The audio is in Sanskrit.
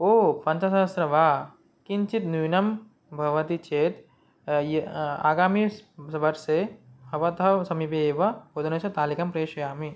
ओ पञ्चसहस्रं वा किञ्चिद् न्यूनं भवति चेत् य आगामि स् वर्षे भवतः समीपे एव भोजनस्य तालिकां प्रेषयामि